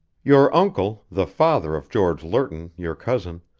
your uncle, the father of george lerton, your cousin,